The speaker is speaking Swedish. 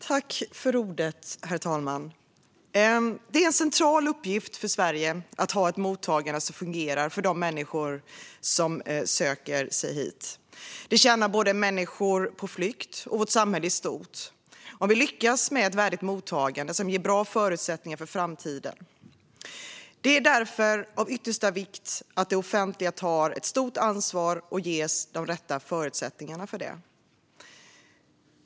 Herr talman! Det är en central uppgift för Sverige att ha ett mottagande som fungerar för de människor som söker sig hit. Både människor på flykt och vårt samhälle i stort tjänar på om vi lyckas med ett värdigt mottagande som ger bra förutsättningar för framtiden. Det är därför av yttersta vikt att det offentliga tar ett stort ansvar och ges de rätta förutsättningarna för det.